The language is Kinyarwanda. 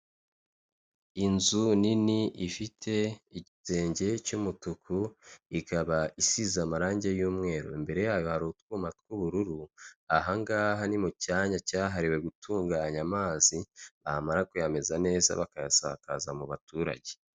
Inzu nini ifite igisenge cy'umutuku, ikaba isize amarangi y'umweru. Imbere yayo hari utwuma tw'ubururu, aha ngaha ni mu cyanya cyahariwe gutunganya amazi, bamara kuyameza neza bakayasakaza mu baturage.